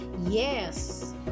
yes